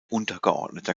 untergeordneter